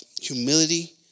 humility